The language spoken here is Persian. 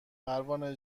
پروانه